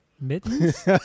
Mittens